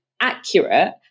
accurate